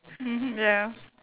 ya